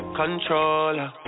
controller